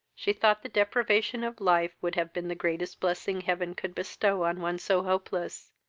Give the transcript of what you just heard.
she thought the deprivation of life would have been the greatest blessing heaven could bestow on one so hopeless,